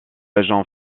agent